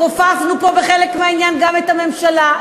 כופפנו פה בחלק מהעניין גם את הממשלה.